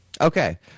Okay